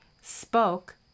spoke